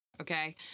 okay